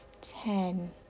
ten